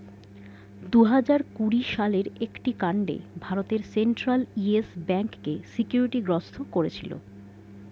দুহাজার কুড়ি সালের একটি কাণ্ডে ভারতের সেন্ট্রাল ইয়েস ব্যাঙ্ককে সিকিউরিটি গ্রস্ত করেছিল